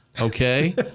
okay